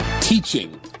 teaching